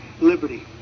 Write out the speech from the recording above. Liberty